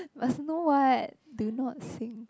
must know what do not sing